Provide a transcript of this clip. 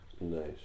Nice